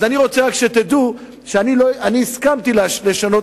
אז אני רוצה שתדעו שאני הסכמתי לשנות